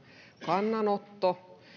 kannanotto